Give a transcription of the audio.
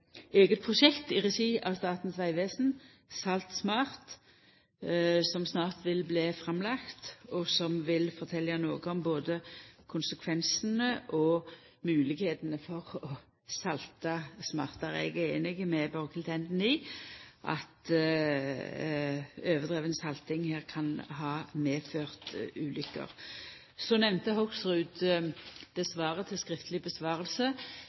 eige prosjekt i regi av Statens vegvesen, Salt SMART, som snart vil bli lagt fram, og som fortel noko om både konsekvensane av og moglegheitene for å salta smartare. Eg er einig med Borghild Tenden i at overdriven salting kan ha medført ulukker. Så nemnde Hoksrud svaret på eit skriftleg